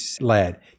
led